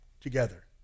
together